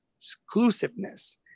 exclusiveness